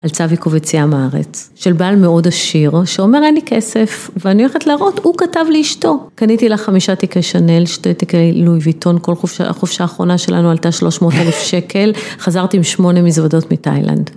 על צו עיכוב יציאה מהארץ, של בעל מאוד עשיר, שאומר אין לי כסף ואני הולכת להראות, הוא כתב לאשתו. קניתי לה חמישה תיקי שנאל, שתי תיקי לואי ויטון, החופשה האחרונה שלנו עלתה שלוש מאות אלף שקל, חזרתי עם שמונה מזוודות מתאילנד.